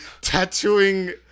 Tattooing